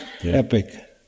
epic